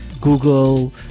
Google